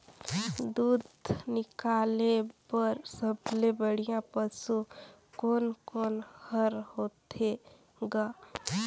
दूध निकाले बर सबले बढ़िया पशु कोन कोन हर होथे ग?